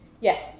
yes